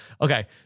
Okay